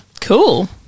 Cool